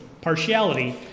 partiality